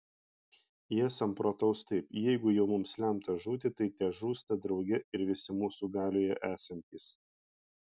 jie samprotaus taip jeigu jau mums lemta žūti tai težūsta drauge ir visi mūsų galioje esantys